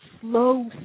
slow